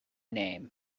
name